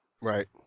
Right